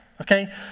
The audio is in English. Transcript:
okay